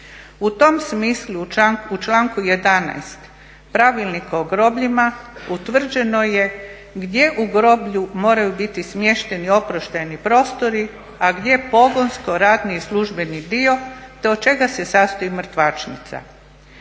U tom smislu u članku 11. Pravilnikom o grobljima utvrđeno je gdje u groblju moraju biti smješteni oproštajni prostori a gdje pogonsko radni i službeni dio te od čega se sastoji mrtvačnica.